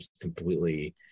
completely